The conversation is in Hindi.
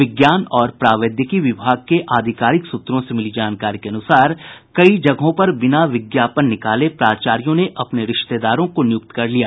विज्ञान और प्रावैधिकी विभाग के आधिकारिक सूत्रों से मिली जानकारी के अनुसार कई जगहों पर बिना विज्ञापन निकाले प्राचार्यो ने अपने रिश्तेदारों को नियुक्त कर लिया